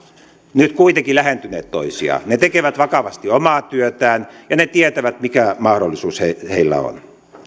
nyt kuitenkin lähentyneet toisiaan ne tekevät vakavasti omaa työtään ja tietävät mikä mahdollisuus heillä on